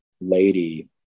lady